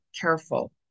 careful